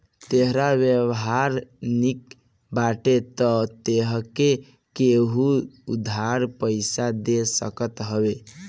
तोहार व्यवहार निक बाटे तअ तोहके केहु उधार पईसा दे सकत हवे